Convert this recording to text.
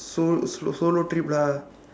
solo so~ solo trip lah